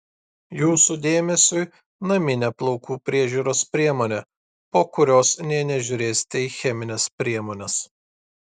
jūsų dėmesiui naminė plaukų priežiūros priemonė po kurios nė nežiūrėsite į chemines priemones